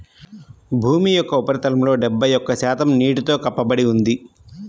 భూమి యొక్క ఉపరితలంలో డెబ్బై ఒక్క శాతం నీటితో కప్పబడి ఉంది